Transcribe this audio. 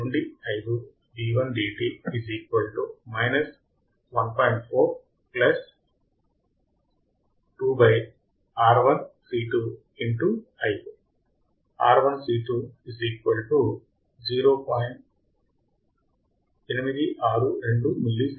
మనము మరొక ఉదాహరణ తీసుకుందాం